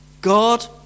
God